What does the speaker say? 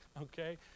Okay